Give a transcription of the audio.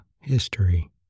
History